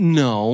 no